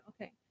okay